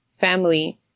family